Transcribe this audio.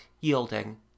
yielding